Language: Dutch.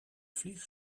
vlieg